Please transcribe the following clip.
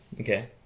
Okay